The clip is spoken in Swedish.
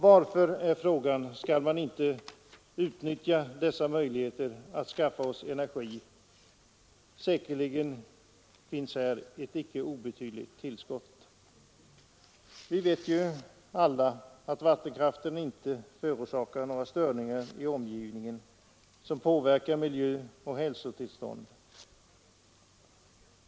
Varför skall man inte utnyttja dessa möjligheter att skaffa energi? Säkerligen finns här ett icke obetydligt tillskott. Vi vet alla att vattenkraften inte förorsakar några störningar i omgivningen som påverkar miljö och hälsotillstånd.